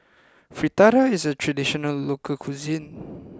Fritada is a traditional local cuisine